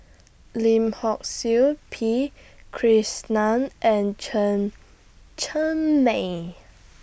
Lim Hock Siew P Krishnan and Chen Cheng Mei